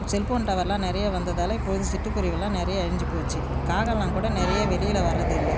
cellphone டவர்லாம் நிறைய வந்ததால் இப்போ வந்து சிட்டுக்குருவிகள்லாம் நிறைய அழிஞ்சிப்போச்சு காகம்லாம் கூட நிறைய வெளியில வர்றதில்லை